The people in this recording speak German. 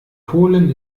polen